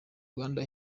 rwanda